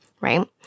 right